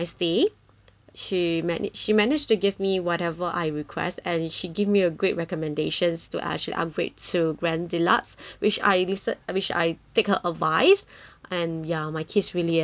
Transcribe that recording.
she manage she managed to give me whatever I request and she give me a great recommendations to actually upgrade to grand deluxe which I listen which I take her advice and ya my kids really enjoy a lot